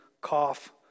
cough